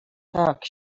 tak